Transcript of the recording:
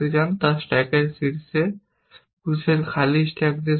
তা স্ট্যাকের শীর্ষে পুশের খালি স্ট্যাক দিয়ে শুরু করে